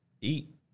Eat